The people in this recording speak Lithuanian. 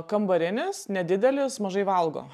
kambarinis nedidelis mažai valgo